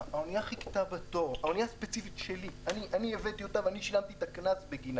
האונייה הספציפית שלי שאני הבאתי אותה ואני שילמתי את הקנס בגינה